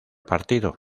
partido